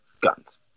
guns